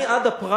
אני, עד הפריימריס